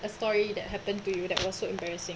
a story that happen to you that was so embarrassing